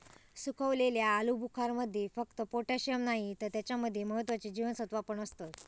सुखवलेल्या आलुबुखारमध्ये फक्त पोटॅशिअम नाही तर त्याच्या मध्ये महत्त्वाची जीवनसत्त्वा पण असतत